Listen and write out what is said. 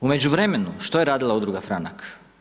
U međuvremenu što je radila udruga Franak?